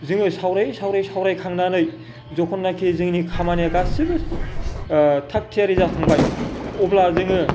जोङो सावरायै सावरायै सावरायखांनानै जखननाखि जोंनि खामानिया गासैबो थाकथियारि जाखांबाय अब्ला जोङो